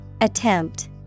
Attempt